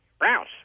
Rouse